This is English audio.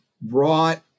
brought